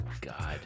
God